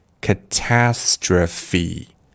catastrophe